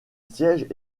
siège